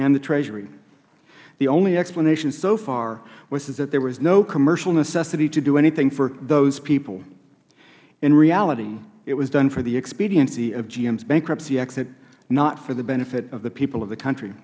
and the treasury the only explanation so far was that there was no commercial necessity to do anything for those people in reality it was done for the expediency of gm's bankruptcy exit not for the benefit of the people of the country